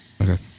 Okay